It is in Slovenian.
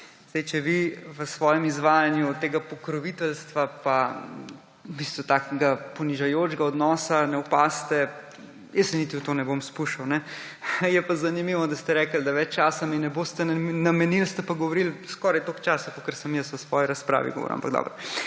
kratek. Če vi v svojem izvajanju tega pokroviteljstva pa ponižujočega odnosa ne opazite, se jaz v to niti ne bom spuščal. Je pa zanimivo, da ste rekli, da mi več časa ne boste namenili, ste pa govorili skoraj toliko časa, kot sem jaz v svoji razpravi govoril, ampak dobro.